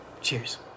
Cheers